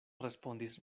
respondis